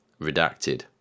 redacted